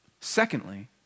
secondly